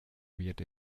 wird